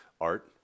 Art